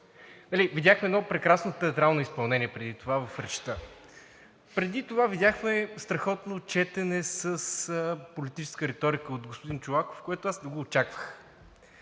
видяхме едно прекрасно театрално изпълнение преди това в речта. Преди това видяхме страхотно четене с политическа реторика от господин Чолаков, което аз не го очаквах.